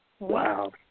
Wow